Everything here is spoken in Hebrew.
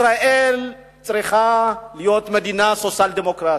ישראל צריכה להיות מדינה סוציאל-דמוקרטית.